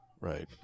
right